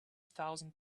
thousand